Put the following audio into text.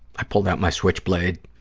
i pulled out my switchblade.